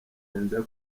nza